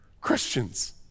Christians